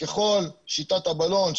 שיטת הבלון,